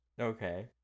Okay